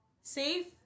safe